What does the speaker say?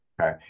Okay